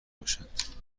باشند